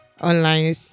online